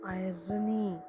irony